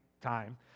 time